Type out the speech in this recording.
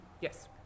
Yes